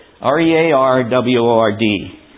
R-E-A-R-W-O-R-D